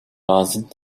parasites